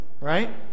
right